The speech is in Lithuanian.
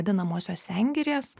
vadinamosios sengirės